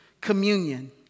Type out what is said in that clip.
communion